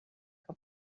que